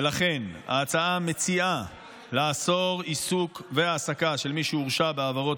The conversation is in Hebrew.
ולכן ההצעה מציעה לאסור עיסוק והעסקה של מי שהורשע בעבירות